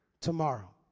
tomorrow